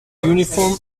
uniform